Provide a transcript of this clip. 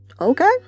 Okay